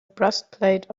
breastplate